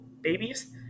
babies